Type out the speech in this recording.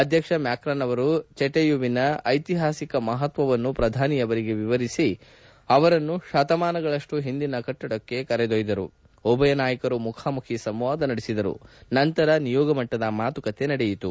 ಅಧ್ಯಕ್ಷ ಮ್ಯಾಕ್ರಾನ್ ಅವರು ಚಟೆಯುವಿನ ಐತಿಹಾಸಿಕ ಮಹತ್ವವನ್ನು ಪ್ರಧಾನಿ ಅವರಿಗೆ ವಿವರಿಸಿ ಅವರನ್ನು ಶತಮಾನಗಳಷ್ನು ಹಿಂದಿನ ಕಟ್ಟಡಕ್ಕೆ ಕರೆದೊಯ್ದರು ಉಭಯ ನಾಯಕರು ಮುಖಾಮುಖಿ ಸಂವಾದ ನಡೆಸಿದರು ನಂತರ ನಿಯೋಗ ಮಟ್ಟದ ಮಾತುಕತೆ ನಡೆಯಿತು